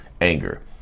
Anger